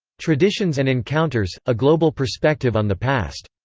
traditions and encounters a global perspective on the past.